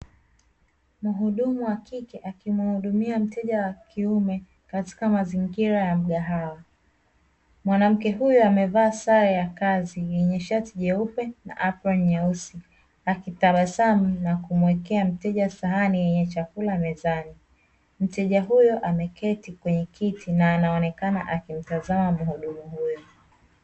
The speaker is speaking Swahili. Muhudmu wa kike akimhudumia mteja wa kiume katika mazingira ya mgahawa, mwanamke amevaa sare ya kazi yenye shati jeupe, na aproni nyeusi akitabasamu na kumuwekea mteja sahani yenye chakula mezani, mteja huyo ameketi kwenye kiti na inaonekana akimtazama mhudumu huyo.